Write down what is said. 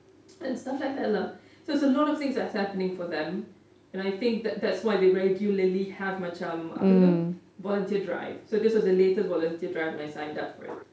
and stuff like that lah so it's a lot of things that are happening for them and I think that that's why they regularly have macam apa tu volunteer drive so this was the latest volunteer drive and I signed up for it